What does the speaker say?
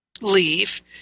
leave